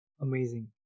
amazing